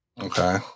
Okay